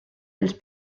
els